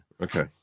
Okay